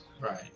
Right